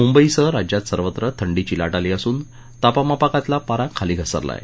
मुंबई सह राज्यात सर्वत्र थंडीची लाट आली असून तापमापकातला पारा खाली घसरला आहे